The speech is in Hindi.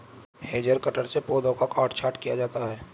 हेज कटर से पौधों का काट छांट किया जाता है